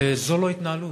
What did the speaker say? וזו לא התנהלות.